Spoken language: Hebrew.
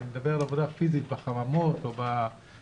אני מדבר על עבודה פיזית בחממות או במטעים,